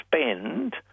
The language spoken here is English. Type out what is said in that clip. spend